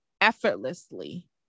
effortlessly